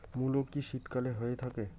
মূলো কি শীতকালে হয়ে থাকে?